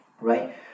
Right